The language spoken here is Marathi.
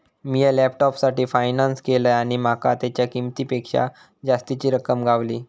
मिया लॅपटॉपसाठी फायनांस केलंय आणि माका तेच्या किंमतेपेक्षा जास्तीची रक्कम गावली